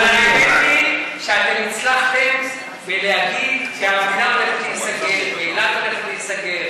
אבל האמת היא שאתם הצלחתם להגיד שהמדינה הולכת להיסגר